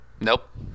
Nope